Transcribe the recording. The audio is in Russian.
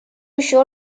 еще